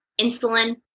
insulin